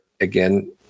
again